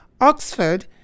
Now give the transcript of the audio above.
Oxford